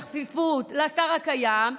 בכפיפות לשר הקיים,